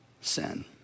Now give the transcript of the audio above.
sin